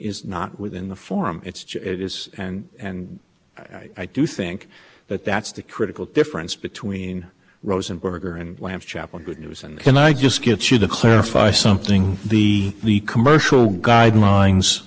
is not within the forum it's just it is and i do think that that's the critical difference between rosenberger and lamb chapel good news and i just get you to clarify something the the commercial guidelines